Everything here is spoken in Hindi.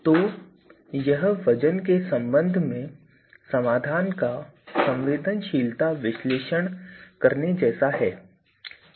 तो यह वज़न के संबंध में समाधान का संवेदनशीलता विश्लेषण करने जैसा है